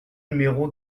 numéro